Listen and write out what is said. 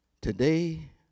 Today